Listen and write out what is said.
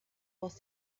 was